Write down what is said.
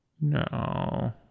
No